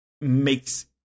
makes